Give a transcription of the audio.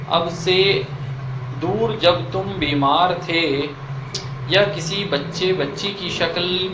اب سے دور جب تم بیمار تھے یا کسی بچے بچی کی شکل